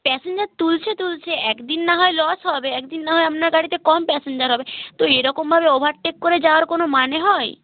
passenger তুলছে তুলছে একদিন না হয় লস হবে একদিন না হয় আপনার গাড়িতে কম প্যাসেঞ্জার হবে তো এরকমভাবে ওভারটেক করে যাওয়ার কোনও মানে হয়